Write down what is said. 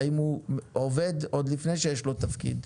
האם הוא עובד עוד לפני שיש לו תפקיד.